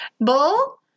Bull